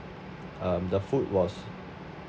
um the food was